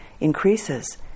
increases